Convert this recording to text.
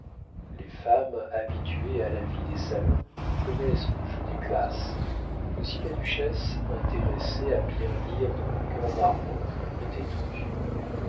les femmes habituées à la vie des salons connaissent le jeu des glaces aussi la duchesse intéressée à bien lire dans le cœur d'armand était tout yeux